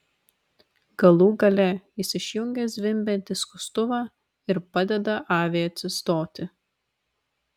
galų gale jis išjungia zvimbiantį skustuvą ir padeda aviai atsistoti